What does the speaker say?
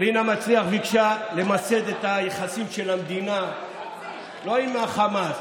רינה מצליח ביקשה למסד את היחסים של המדינה לא עם החמאס,